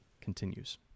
continues